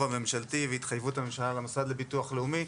הממשלתי והתחייבות הממשלה למוסד לביטוח לאומי,